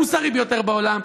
המוסרי ביותר בעולם,